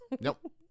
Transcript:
Nope